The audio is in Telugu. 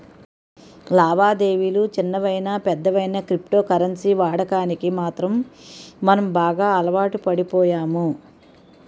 లావాదేవిలు చిన్నవయినా పెద్దవయినా క్రిప్టో కరెన్సీ వాడకానికి మాత్రం మనం బాగా అలవాటుపడిపోయాము